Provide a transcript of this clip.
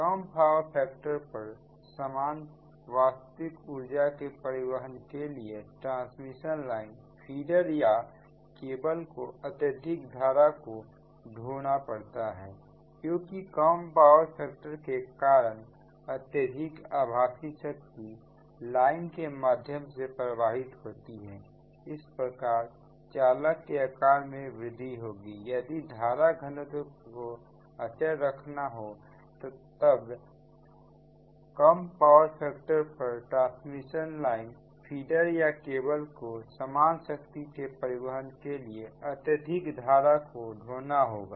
कम power factor पर समान वास्तविक ऊर्जा के परिवहन के लिए ट्रांसमिशन लाइन फीडर या केबल को अत्यधिक धारा को ढोना पड़ता है क्योंकि कम पावर फैक्टर के कारण अत्यधिक आभासी शक्ति लाइन के माध्यम से प्रवाहित होती है इस प्रकार चालक के आकार में वृद्धि होगी यदि धारा घनत्व को अचर रखना हो तब कम पावर फैक्टर पर ट्रांसमिशन लाइन फीडर या केबल को सामान शक्ति के परिवहन के लिए अत्यधिक धारा को ढोना होगा